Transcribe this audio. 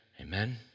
Amen